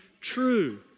true